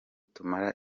tumara